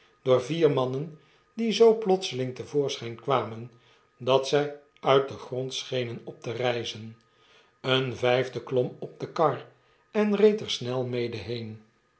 door vier mannen die zoo plotseling te voorschijn kwamen dat zij uit den grond schenen op te rijzen een vijfde klom op de kar en reed er snel mede heen